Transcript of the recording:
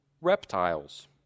reptiles